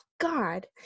God